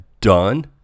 done